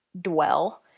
dwell